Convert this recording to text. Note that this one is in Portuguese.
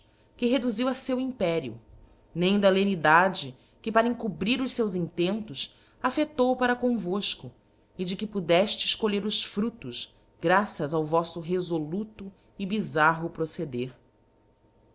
que reduziu a feu império nem da lenidade que para encobrir os feus intentos affeftou para comvofco e de que po deftes colher gs fruftos graças ao voffo refoluto e bi zarro proceder